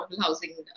housing